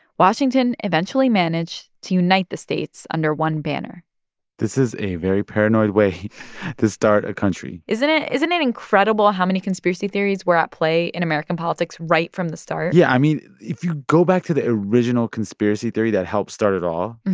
washington eventually managed to unite the states under one banner this is a very paranoid way to start a country isn't it? isn't it incredible how many conspiracy theories were at play in american politics right from the start? yeah, i mean, if you go back to the original conspiracy theory that helped start it all,